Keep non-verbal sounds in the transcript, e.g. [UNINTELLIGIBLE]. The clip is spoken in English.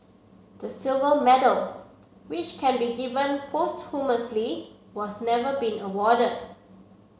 the silver medal which can be given [UNINTELLIGIBLE] has never been awarded